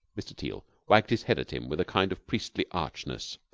mr. teal wagged his head at him with a kind of priestly archness.